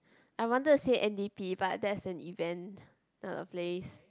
I wanted to say N_D_P but that's an event not a place